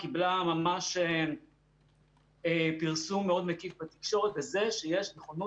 קיבלה ממש פרסום מאוד מקיף בתקשורת על זה שיש נכונות,